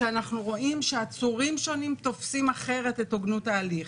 אנחנו רואים שעצורים שונים תופסים אחרת את הוגנות ההליך.